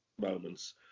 moments